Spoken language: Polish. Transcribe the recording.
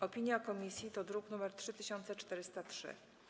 Opinia komisji to druk nr 3403.